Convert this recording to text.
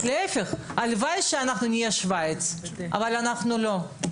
הלוואי שנהיה שוויץ אבל אנחנו לא.